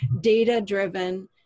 data-driven